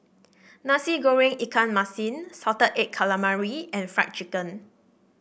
Nasi Goreng Ikan Masin Salted Egg Calamari and Fried Chicken